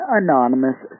anonymous